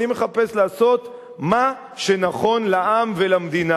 אני מחפש לעשות מה שנכון לעם ולמדינה,